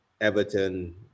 Everton